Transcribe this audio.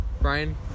Brian